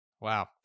wow